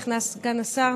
נכנס סגן השר.